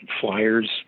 Flyers